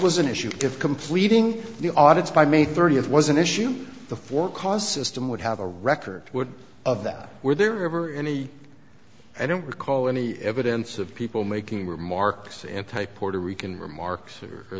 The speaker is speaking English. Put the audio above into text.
was an issue of completing the audit's by may thirtieth was an issue the four cause system would have a record of that were there ever any i don't recall any evidence of people making remarks anti puerto rican remarks or for